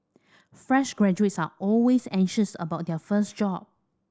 fresh graduates are always anxious about their first job